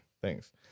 thanks